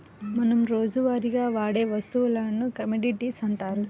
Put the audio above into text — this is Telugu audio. మనం రోజువారీగా వాడే వస్తువులను కమోడిటీస్ అంటారు